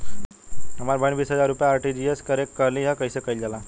हमर बहिन बीस हजार रुपया आर.टी.जी.एस करे के कहली ह कईसे कईल जाला?